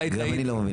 אולי טעיתי.